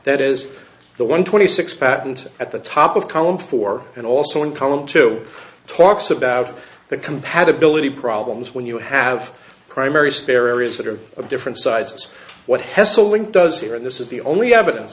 that is the one twenty six patent at the top of column four and also in column two talks about the compatibility problems when you have primary spare areas that are of different sizes what hesselink does here and this is the only evidence